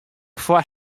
foar